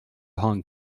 hong